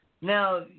Now